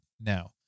now